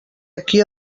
aquí